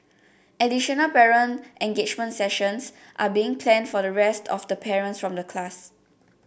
additional parent engagement sessions are being planned for the rest of the parents from the class